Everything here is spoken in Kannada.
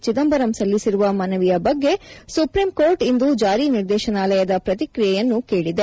ಚಿದಂಬರಂ ಸಲ್ಲಿಸಿರುವ ಮನವಿಯ ಬಗ್ಗೆ ಸುಪ್ರೀಂಕೋರ್ಟ್ ಇಂದು ಜಾರಿ ನಿರ್ದೇಶನಾಲಯದ ಪ್ರತಿಕ್ರಿಯೆಯನ್ನು ಕೇಳಿದೆ